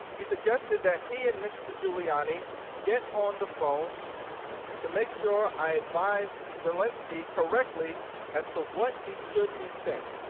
he suggested that he and mr. giuliani get on the phone to make sure i advised zelensky correctly as to what he should be saying.